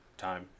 time